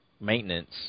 maintenance